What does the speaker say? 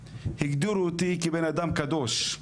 הגדירו אותי כבן אדם קדוש.